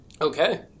Okay